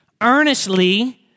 Earnestly